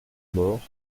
morts